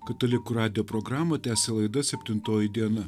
katalikų radijo programą tęsia laida septintoji diena